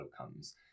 outcomes